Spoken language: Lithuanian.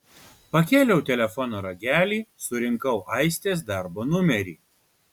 pakėliau telefono ragelį surinkau aistės darbo numerį